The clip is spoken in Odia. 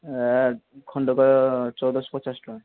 ଖଣ୍ଡକ ଚଉଦଶହ ପଚାଶ ଟଙ୍କା